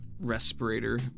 respirator